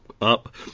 up